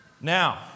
Now